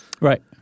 Right